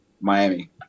Miami